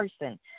person